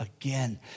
again